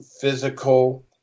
physical